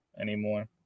anymore